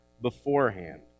beforehand